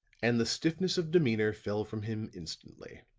and the stiffness of demeanor fell from him instantly.